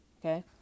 Okay